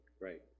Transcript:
Right